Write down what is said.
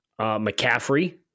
McCaffrey